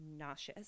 nauseous